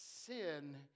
sin